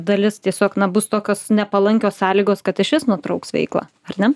dalis tiesiog na bus tokios nepalankios sąlygos kad išvis nutrauks veiklą ar ne